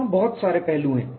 वहाँ बहुत सारे पहलू हैं